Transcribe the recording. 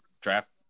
draft